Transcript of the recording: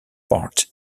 part